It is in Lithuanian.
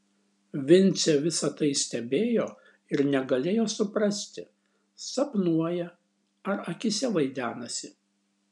vincė visa tai stebėjo ir negalėjo suprasti sapnuoja ar akyse vaidenasi